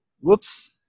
Whoops